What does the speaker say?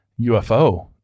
UFO